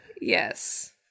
Yes